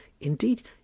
Indeed